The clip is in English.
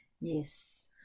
yes